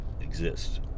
exist